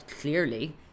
clearly